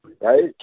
right